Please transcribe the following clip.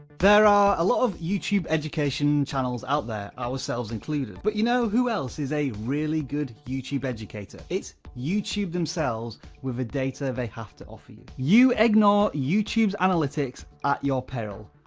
there are a lot of youtube education channels out there, ourselves included, but you know who else is a really good youtube educator? it's youtube themselves with the data they have to offer you. you ignore youtube's analytics at your peril,